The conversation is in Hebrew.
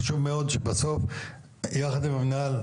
חשוב מאוד שבסוף יחד עם המנהל,